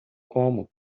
como